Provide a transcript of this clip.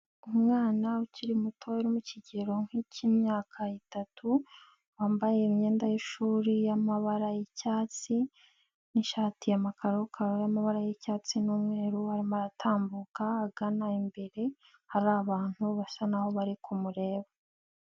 Umwana ukiri muto uri mu ikigero nk'ik'imyaka itatu, wambaye imyenda y'ishuri y'amabara y'icyatsi n'ishati ya makarokaro y'amabara y'icyatsi n'umweru, arimo aratambuka agana imbere, hari abantu basa n'aho bari kumureba.